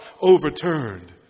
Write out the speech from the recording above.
overturned